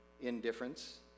indifference